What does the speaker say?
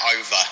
over